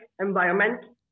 environment